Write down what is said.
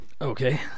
Okay